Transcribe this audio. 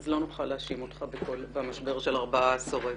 לא נוכל להאשים אותך במשבר של ארבעה עשורים